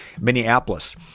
Minneapolis